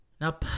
Now